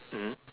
mmhmm